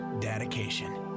dedication